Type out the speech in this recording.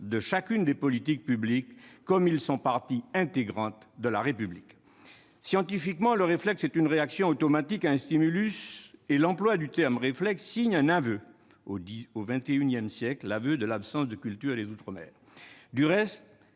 de chacune des politiques publiques, comme ils sont partie intégrante de la République. Scientifiquement, le réflexe est une réaction automatique à un stimulus. L'emploi du terme « réflexe » signe bien l'aveu- au XXI siècle ! -de l'absence d'une culture des outre-mer. Du reste,